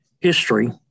history